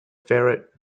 ferret